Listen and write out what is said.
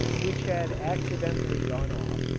which had accidentally gone off,